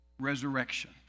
resurrection